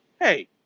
hey